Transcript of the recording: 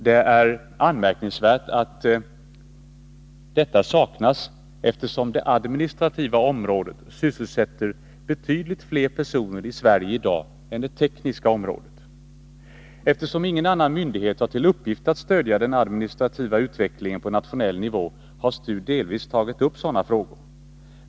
Det är anmärkningsvärt att en sådan myndighet saknas, eftersom det ”administrativa området” i dag sysselsätter betydligt fler personer i Sverige än det ”tekniska området”. Eftersom ingen annan myndighet har till uppgift att på nationell nivå stödja den administrativa utvecklingen har STU delvis tagit upp sådana frågor.